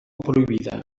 prohibida